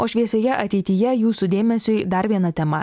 o šviesioje ateityje jūsų dėmesiui dar viena tema